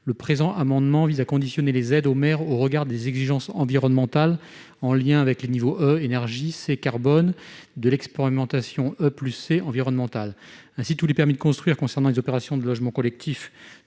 le présent amendement vise à conditionner les aides aux maires au regard des exigences environnementales en lien avec les niveaux E et/ou C de l'expérimentation E+C-environnementale. Ainsi, tous les permis de construire concernant les opérations de logements collectifs,